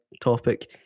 topic